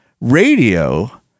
radio